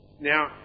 Now